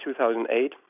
2008